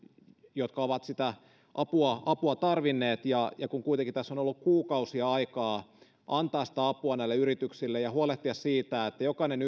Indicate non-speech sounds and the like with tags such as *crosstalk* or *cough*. jotka ovat sitä apua apua tarvinneet ja ja kuitenkin tässä on ollut kuukausia aikaa antaa sitä apua näille yrityksille ja huolehtia siitä että jokainen *unintelligible*